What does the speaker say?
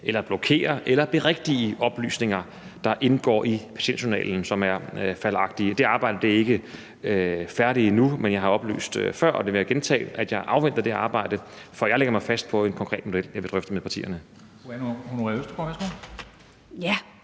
eller blokere eller berigtige oplysninger, der indgår i patientjournalen, og som er fejlagtige, og det arbejde er ikke færdigt endnu. Men jeg har oplyst før – og det vil jeg gentage – at jeg afventer det arbejde, før jeg lægger mig fast på en konkret model, jeg vil drøfte med partierne.